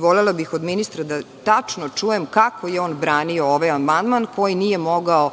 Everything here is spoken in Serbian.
Volela bih od ministra da tačno čujem kako je on branio ovaj amandman koji nije mogao